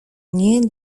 nie